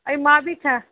ऐं मां बि छा